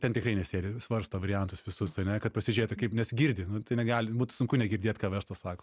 ten tikrai nesėdi svarsto variantus visus ane kad pasižiūrėtų kaip nes girdi tai negali būt sunku negirdėt ką verslas sako